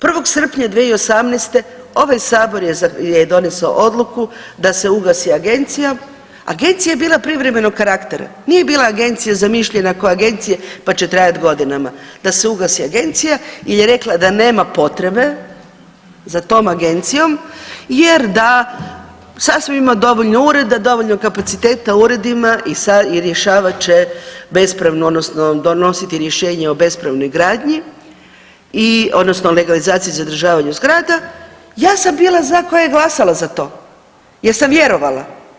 1. srpnja 2018. ovaj sabor je donesao odluku da se ugasi agencija, agencija je bila privremenog karaktera, nije bila agencija zamišljena ko agencije pa će trajati godinama, da se ugasi agencija jel je rekla da nema potrebe za tom agencijom jer da sasvim ima dovoljno ureda, dovoljno kapaciteta u uredima i rješavat će bespravno odnosno donositi rješenja o bespravnoj gradnji odnosno legalizaciju o zadržavanju zgrada, ja sam bila za koja je glasala za to jer sam vjerovala.